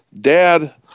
dad